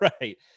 right